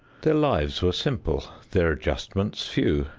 their lives were simple, their adjustments few,